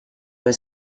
were